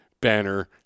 banner